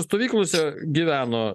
stovyklose gyveno